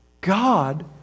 God